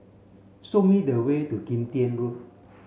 show me the way to Kim Tian Road